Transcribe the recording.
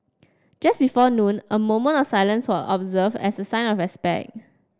just before noon a moment of silence was observed as a sign of respect